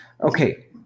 Okay